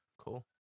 Cool